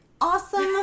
awesome